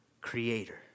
creator